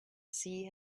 sea